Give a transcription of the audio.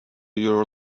your